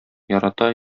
ярата